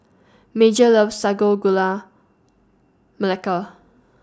Major loves Sago Gula Melaka